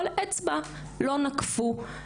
אבל אצבע לא נקפו,